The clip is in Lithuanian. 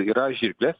tai yra žirklės